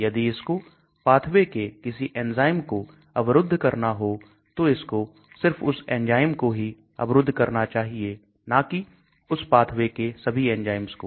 यदि इसको पाथवे के किसी एंजाइम को अवरुद्ध करना हो तो इसको सिर्फ उस एंजाइम को ही अवरुद्ध करना चाहिए न की उस पाथवे के सभी एंजाइम्स को